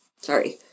Sorry